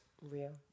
real